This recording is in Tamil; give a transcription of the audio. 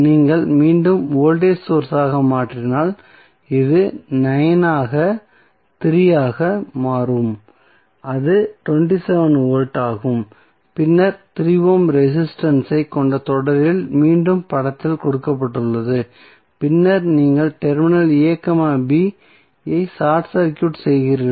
நீங்கள் மீண்டும் வோல்டேஜ் சோர்ஸ் ஆக மாற்றினால் இது 9 ஆக 3 ஆக மாறும் அது 27 வோல்ட் ஆகும் பின்னர் 3 ஓம் ரெசிஸ்டன்ஸ் ஐ கொண்ட தொடரில் மீண்டும் படத்தில் கொடுக்கப்பட்டுள்ளது பின்னர் நீங்கள் டெர்மினல் a b ஐ ஷார்ட் சர்க்யூட் செய்கிறீர்கள்